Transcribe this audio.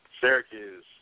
Syracuse